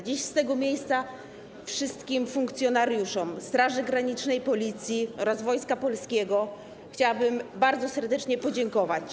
Dziś z tego miejsca wszystkim funkcjonariuszom Straży Granicznej, Policji oraz Wojska Polskiego chciałabym bardzo serdecznie podziękować.